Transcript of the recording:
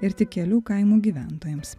ir tik kelių kaimų gyventojams